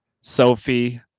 Sophie